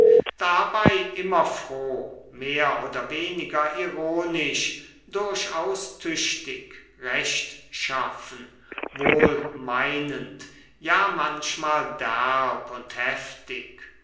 dabei immer froh mehr oder weniger ironisch durchaus tüchtig rechtschaffen wohlmeinend ja manchmal derb und heftig